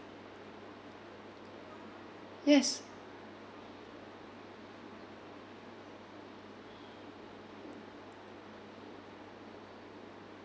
yes